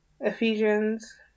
ephesians